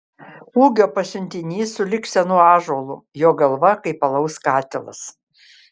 ūgio pasiuntinys sulig senu ąžuolu jo galva kaip alaus katilas